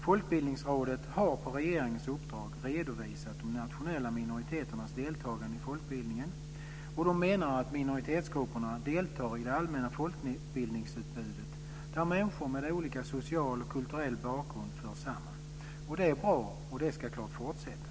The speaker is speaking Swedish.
Folkbildningsrådet har på regeringens uppdrag redovisat de nationella minoriteternas deltagande i folkbildningen och menar att minoritetsgrupperna deltar i det allmänna folkbildningsutbudet där människor med olika social och kulturell bakgrund förs samman. Det är bra och ska självklart fortsätta.